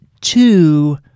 Two